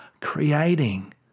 creating